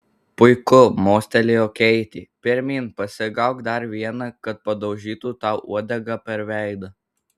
puiku mostelėjo keitė pirmyn pasigauk dar vieną kad padaužytų tau uodega per veidą